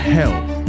health